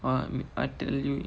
um I tell you